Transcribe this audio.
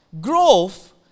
growth